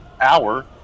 hour